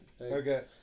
Okay